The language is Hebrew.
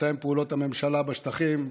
מתאם פעולות הממשלה בשטחים,